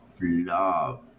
love